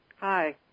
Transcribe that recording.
hi